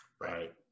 Right